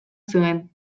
zuen